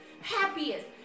happiest